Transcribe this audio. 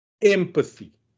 empathy